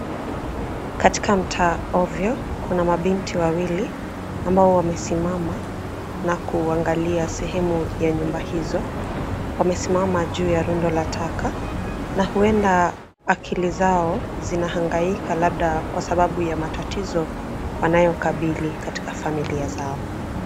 Katika mtaa ovyo, kuna mabinti wawili ambao wamesimama na kuangalia sehemu ya nyumba hizo. Wamesimama juu ya rundo la taka na huenda akili zao zinahangaika labda kwa sababu ya matatizo wanayo kabili katika familia zao.